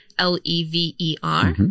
L-E-V-E-R